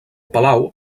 palau